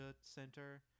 center